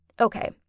okay